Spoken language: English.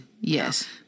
Yes